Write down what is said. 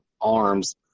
arms